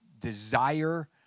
desire